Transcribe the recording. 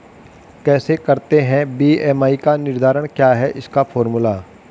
कैसे करते हैं बी.एम.आई का निर्धारण क्या है इसका फॉर्मूला?